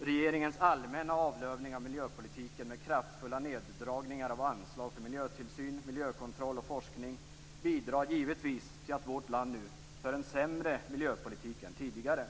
Regeringens allmänna avlövning av miljöpolitiken med kraftfulla neddragningar av anslag för miljötillsyn, miljökontroll och forskning bidrar givetvis till att vårt land nu för en sämre miljöpolitik än tidigare.